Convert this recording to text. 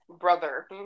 Brother